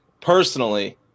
personally